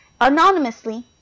anonymously